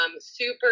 super